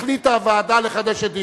החליטה הוועדה לחדש את דיוניה,"